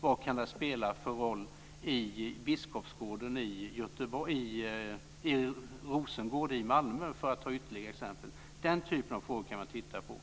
Vad kan det spela för roll i Rosengård i Malmö? Den typen av frågor kan man titta på.